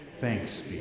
Thanks